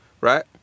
right